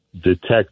detect